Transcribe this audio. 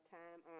time